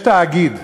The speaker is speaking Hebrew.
יש תאגיד,